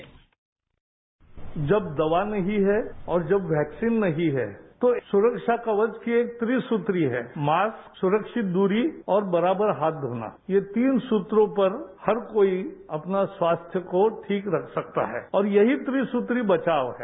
bite Javadekar जब दवा नहीं है और जब वैक्सीन नहीं है तो सुरक्षा कवच के त्री सुत्र ही हैं मास्क सुरक्षित दूरी और बराबर हाथ धोना ये तीन सूत्रों पर हर कोई अपना स्वास्थ्य को ठीक रख सकता है और यही त्री सूत्री बचाव है